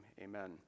Amen